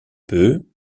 peu